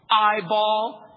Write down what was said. eyeball